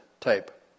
type